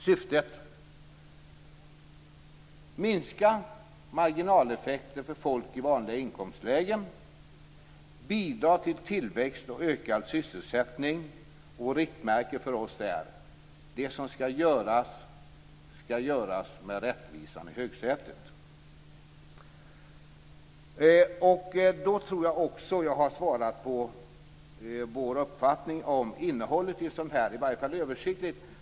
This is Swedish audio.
Syftet är att minska marginaleffekter för folk i vanliga inkomstlägen och bidra till tillväxt och ökad sysselsättning. Riktmärken för oss är att det som skall göras skall göras med rättvisan i högsätet. Då tror jag att jag har svarat, åtminstone översiktligt, på frågan om innehållet.